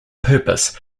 purpose